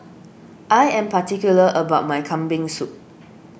I am particular about my Kambing Soup